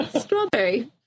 strawberry